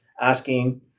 asking